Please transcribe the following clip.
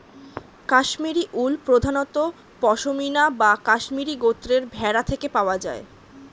Kashmiri wool প্রধানত পশমিনা বা কাশ্মীরি গোত্রের ভেড়া থেকে পাওয়া যায়